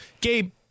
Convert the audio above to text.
Gabe